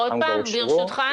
עוד פעם, ברשותך.